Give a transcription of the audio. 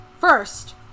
First